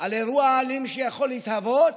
על אירוע אלים שיכול להתהוות,